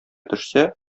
төшсә